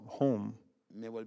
home